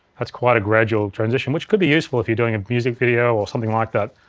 that's quite a gradual transition which could be useful if you're doing a music video or something like that,